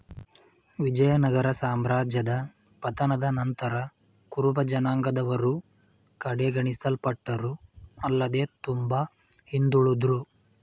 ವಿಜಯನಗರ ಸಾಮ್ರಾಜ್ಯದ ಪತನದ ನಂತರ ಕುರುಬಜನಾಂಗದವರು ಕಡೆಗಣಿಸಲ್ಪಟ್ಟರು ಆಲ್ಲದೆ ತುಂಬಾ ಹಿಂದುಳುದ್ರು